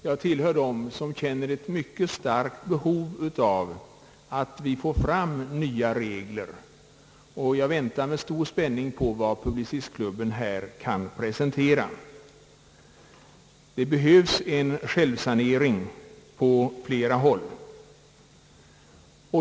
Jag tillhör dem som känner ett mycket starkt behov av att vi får fram nya regler, och jag väntar med stor spänning på vad Publicistklubben här kan presentera. Det behövs en självsanering på flera håll.